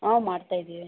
ಹ್ಞೂ ಮಾಡ್ತಾಯಿದ್ದೀವಿ